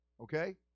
okay